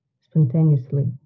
spontaneously